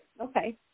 okay